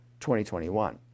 2021